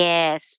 Yes